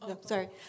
Sorry